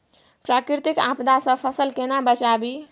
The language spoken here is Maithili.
प्राकृतिक आपदा सं फसल केना बचावी?